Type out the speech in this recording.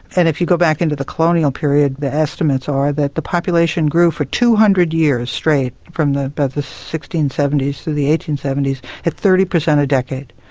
and if you go back into the colonial period the estimates are that the population grew for two hundred years straight from about but the sixteen seventy s to the eighteen seventy s at thirty percent a decade,